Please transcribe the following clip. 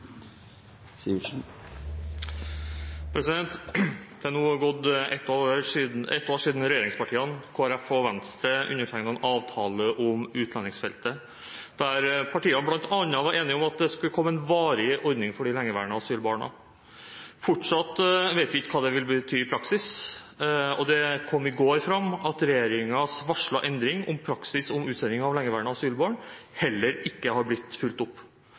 Sivertsen – til oppfølgingsspørsmål. Det har nå gått ett år siden regjeringspartiene sammen med Kristelig Folkeparti og Venstre undertegnet en avtale om utlendingsfeltet, der partiene bl.a. var enige om at det skulle komme en varig ordning for de lengeværende asylbarna. Fortsatt vet vi ikke hva det vil bety i praksis, og i går kom det fram at regjeringens varslede endring i praksis for utsending av lengeværende asylbarn heller ikke har blitt fulgt opp.